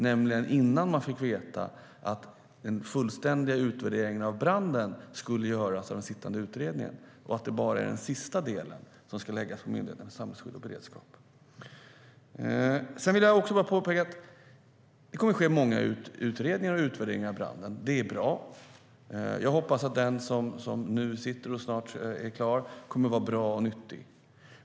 Det var innan man fick veta att en fullständig utvärdering av branden skulle göras av utredningen och att det bara är den sista delen som ska läggas på Myndigheten för samhällsskydd och beredskap. Det kommer att ske många utredningar och utvärderingar av branden. Det är bra. Jag hoppas att den utredning som nu arbetar och snart är klar kommer att vara bra och nyttig.